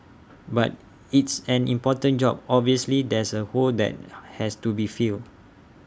but it's an important job obviously there's A hole that has to be filled